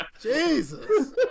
Jesus